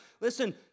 Listen